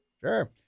Sure